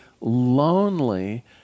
lonely